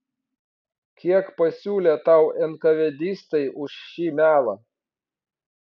kiek pasiūlė tau enkavėdistai už šį melą